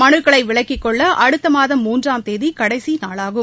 மனுக்களை விலக்கிக் கொள்ள அடுத்த மாதம் மூன்றாம் தேதி கடைசி நாளாகும்